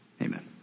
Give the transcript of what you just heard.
Amen